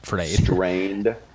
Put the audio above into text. strained